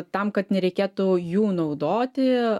tam kad nereikėtų jų naudoti